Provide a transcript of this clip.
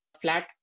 flat